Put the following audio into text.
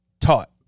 taught